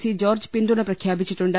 C George പിന്തുണ പ്രഖ്യാപിച്ചിട്ടുണ്ട്